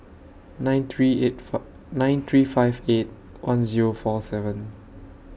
nine three eight four nine three five eight one Zero four seven